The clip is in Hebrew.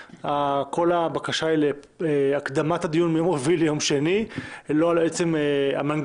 כל הבקשה היא להקדמת הדיון מיום רביעי ליום שני ולא על עצם המנגנון,